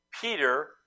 Peter